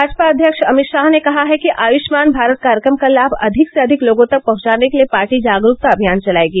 भाजपा अध्यक्ष अमित शाह ने कहा है कि आयुष्मान भारत कार्यक्रम का लाभ अधिक से अधिक लोगों तक पहुंचाने के लिए पार्टी जागरूकता अभियान चलायेगी